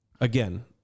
Again